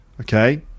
Okay